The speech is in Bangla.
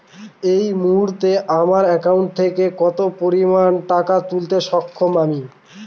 এই মুহূর্তে আমার একাউন্ট থেকে কত পরিমান টাকা তুলতে সক্ষম আমি?